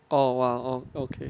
oh !wow! oh okay